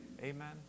Amen